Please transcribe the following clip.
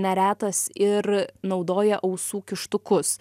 neretas ir naudoja ausų kištukus